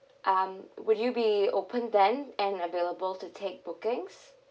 um would you be open then and available to take bookings